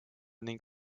ning